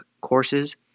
courses